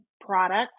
product